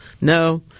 no